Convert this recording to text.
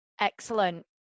excellent